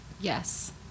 yes